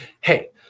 Hey